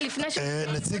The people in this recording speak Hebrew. נציג